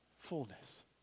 fullness